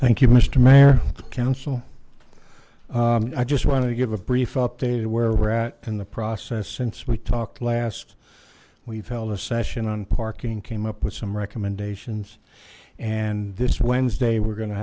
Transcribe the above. thank you mr mayor council i just want to give a brief updated whereas in the process since we talked last we've held a session on parking came up with some recommendations and this wednesday we're go